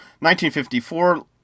1954